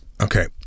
Okay